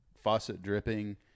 faucet-dripping